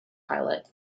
pilot